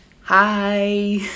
Hi